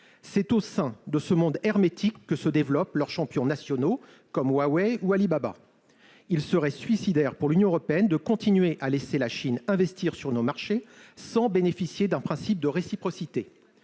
C'est au sein de ce monde hermétique que se développent leurs champions nationaux comme Huawei ou Alibaba. Il serait suicidaire pour l'Union européenne de continuer à laisser la Chine investir sur nos marchés sans bénéficier d'un principe de réciprocité.